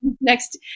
next